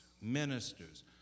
ministers